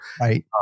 Right